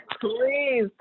please